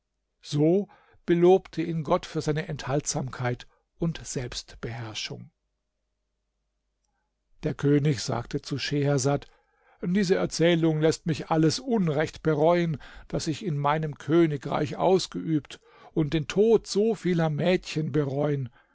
so belobte ihn gott für seine enthaltsamkeit und selbstbeherrschung der könig sagte zu schehersad diese erzählung läßt mich alles unrecht bereuen das ich in meinem königreich ausgeübt und den tod so vieler mädchen bereuen